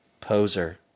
Poser